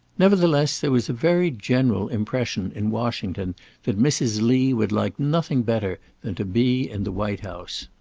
nevertheless, there was a very general impression in washington that mrs. lee would like nothing better than to be in the white house.